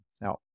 Now